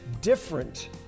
different